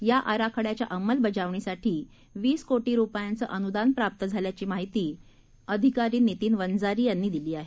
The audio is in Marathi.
या आराखड्याच्या अंमलबजावणीसाठी वीस कोटी रुपयांचं अनुदान प्राप्त झाल्याची माहिती अधिकारी नितीन वंजारी यांनी दिली आहे